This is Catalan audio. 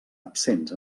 absents